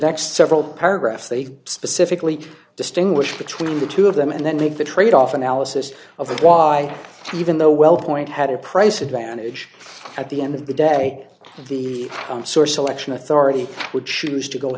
next several paragraphs they specifically distinguish between the two of them and then take the trade off analysis of the why even though wellpoint had a price advantage at the end of the day the source election authority would choose to go